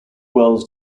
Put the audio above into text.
wells